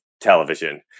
television